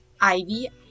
Ivy